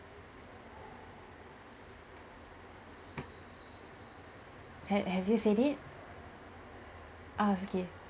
ha~ have you said it ah it's okay